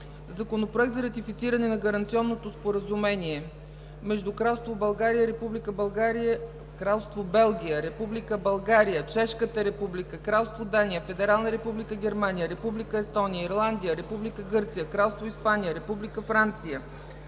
Законопроект за ратифициране на Гаранционното споразумение между Кралство Белгия, Република България, Чешката Република, Кралство Дания, Федерална република Германия, Република Естония, Ирландия, Република Гърция, Кралство Испания, Република Франция,